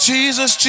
Jesus